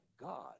God